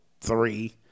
three